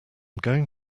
going